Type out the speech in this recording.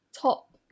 top